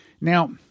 Now